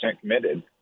committed